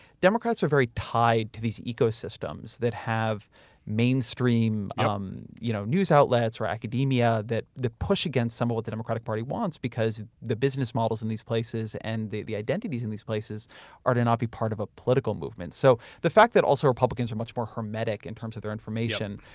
democrats are very tied to these ecosystems that have mainstream um you know news outlets or academia that push against some of what the democratic party wants because the business models in these places and the the identities in these places are to not be part of a political movement. so, the fact that also republicans are much more hermetic in terms of their information.